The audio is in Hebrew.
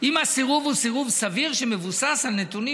אם הסירוב הוא סירוב סביר שמבוסס על נתונים